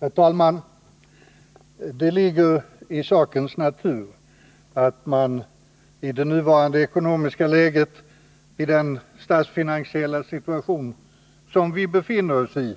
Herr talman! Det ligger i sakens natur att vi, i nuvarande ekonomiska läge och i den statsfinansiella situation som vi befinner oss i,